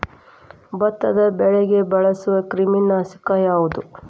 ಭತ್ತದ ಬೆಳೆಗೆ ಬಳಸುವ ಕ್ರಿಮಿ ನಾಶಕ ಯಾವುದು?